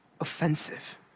offensive